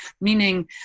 Meaning